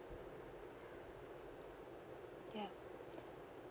ya